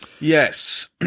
Yes